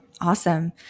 Awesome